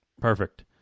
Perfect